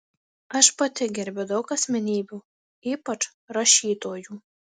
aš pati gerbiu daug asmenybių ypač rašytojų